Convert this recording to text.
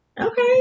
Okay